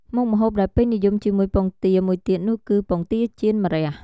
មុខម្ហូបដែលពេញនិយមជាមួយពងទាមួយទៀតនោះគឺ ពងទាចៀនម្រះ ។